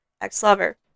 ex-lover